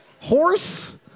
horse